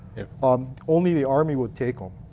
um only the army would take them.